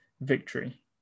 victory